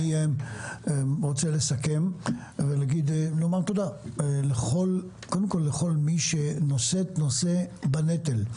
אני רוצה לסכם את הדיון ולומר תודה קודם כל לכל מי שנושאת ונושא בנטל.